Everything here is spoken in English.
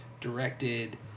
directed